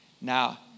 Now